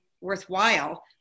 worthwhile